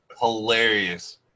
hilarious